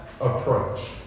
approach